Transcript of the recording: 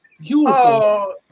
beautiful